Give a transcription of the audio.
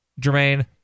Jermaine